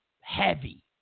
heavy